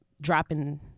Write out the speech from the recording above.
dropping